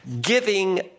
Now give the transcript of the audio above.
giving